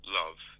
love